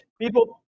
People